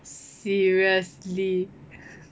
seriously